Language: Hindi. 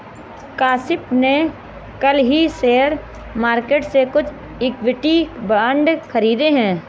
काशिफ़ ने कल ही शेयर मार्केट से कुछ इक्विटी बांड खरीदे है